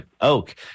oak